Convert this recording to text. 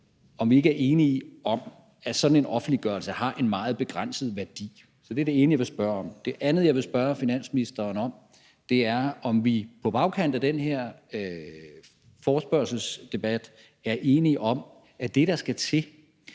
om vi ikke er enige om, at sådan en offentliggørelse har en meget begrænset værdi. Så det er det ene, jeg vil spørge om. Det andet, jeg vil spørge finansministeren om, er, om vi på bagkant af den her forespørgselsdebat er enige om, at det, der skal til,